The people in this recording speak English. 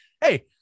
hey